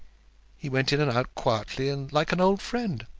he went in and out quietly, and like an old friend.